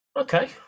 Okay